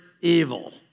evil